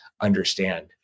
understand